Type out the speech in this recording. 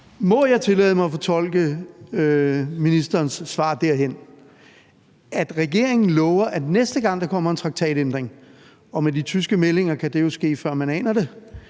Må jeg tillade mig at fortolke ministerens svar derhen, at regeringen lover, at næste gang, der kommer en traktatændring – og med de tyske meldinger kan det jo ske, før man aner det